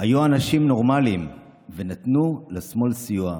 היו אנשים נורמליים ונתנו לשמאל סיוע.